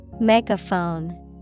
Megaphone